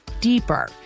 deeper